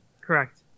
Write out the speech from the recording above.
correct